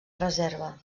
reserva